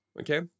okay